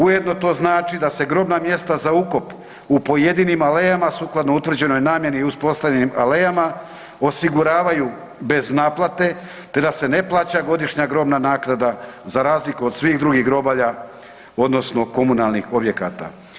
Ujedno to znači da se grobna mjesta za ukop u pojedinim alejama sukladno utvrđenoj namjeni i uspostavljenim alejama osiguravaju bez naplate, te da se ne plaća godišnja grobna naknada za razliku od svih drugih grobalja, odnosno komunalnih objekata.